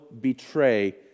betray